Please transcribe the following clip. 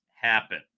happen